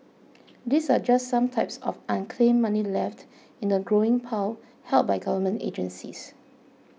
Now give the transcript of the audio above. these are just some types of unclaimed money left in a growing pile held by government agencies